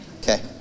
Okay